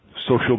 social